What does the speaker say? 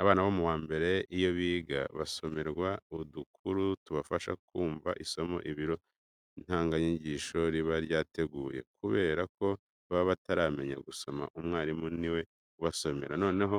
Abana bo mu wa mbere iyo biga, basomerwa udukuru tubafasha kumva isomo ibiro nteganyanyigisho riba ryarateguye. Kubera ko baba bataramenya gusoma, umwarimu ni we ubasomera. Noneho